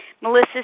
Melissa